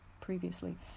previously